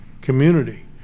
community